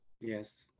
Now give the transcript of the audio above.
Yes